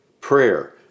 prayer